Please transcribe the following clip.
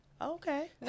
okay